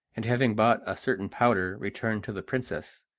and having bought a certain powder returned to the princess,